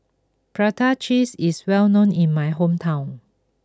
Prata Cheese is well known in my hometown